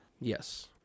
Yes